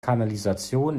kanalisation